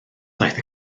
daeth